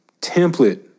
template